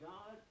God